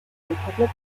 republic